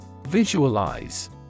Visualize